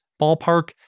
ballpark